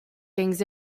things